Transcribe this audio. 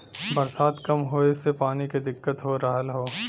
बरसात कम होए से पानी के दिक्कत हो रहल हौ